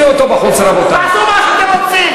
נצא, שיעשו מה שהם רוצים.